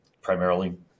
primarily